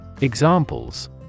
Examples